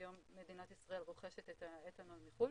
שהיום מדינת ישראל רוכשת את האתנול מחו"ל